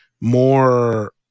more